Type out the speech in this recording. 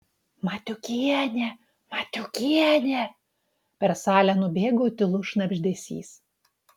matiukienė matiukienė per salę nubėgo tylus šnabždesys